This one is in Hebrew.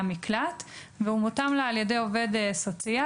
המקלט והוא מותאם לה על ידי עובד סוציאלי.